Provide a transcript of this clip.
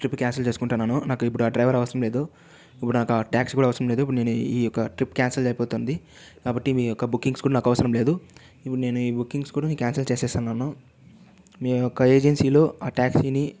trip cancel చేసుకుంటున్నాను నాకు ఇప్పుడు ఆ డ్రైవర్ అవసరం లేదు ఇప్పుడు నాకా ట్యాక్సీ కూడా అవసరం లేదు ఇప్పుడు ఈ యొక ట్రిప్ క్యాన్సిల్ అయిపోతుంది కాబట్టి మీ యొక్క బుకింగ్స్ కూడా నాకు అవసరం లేదు ఇప్పుడు నేను ఈ బుకింగ్స్ కూడా నేను క్యాన్సిల్ చేసేస్తున్నాను మీ యొక్క ఏజెన్సీలో ఆ ట్యాక్సీ ని